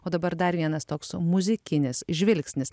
o dabar dar vienas toks muzikinis žvilgsnis